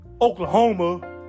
Oklahoma